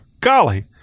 golly